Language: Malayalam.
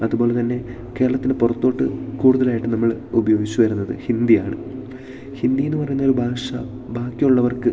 അതു പോലെ തന്നെ കേരളത്തിന് പുറത്തോട്ട് കൂടുതലായിട്ട് നമ്മൾ ഉപയോഗിച്ച് വരുന്നത് ഹിന്ദിയാണ് ഹിന്ദിയിൽ നിന്ന് പറയുന്നൊരു ഭാഷ ബാക്കിയുള്ളവർക്ക്